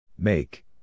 Make